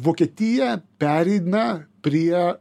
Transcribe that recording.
vokietija pereina prie